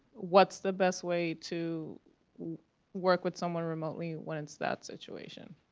what's the best way to work with someone remotely when it's that situation?